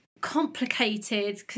complicated